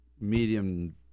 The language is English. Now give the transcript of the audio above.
medium